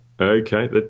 Okay